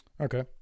Okay